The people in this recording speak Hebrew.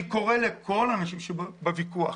אני קורא לכל האנשים שנמצאים בוויכוח,